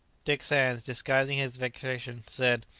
dick sands, disguising his vexation, said,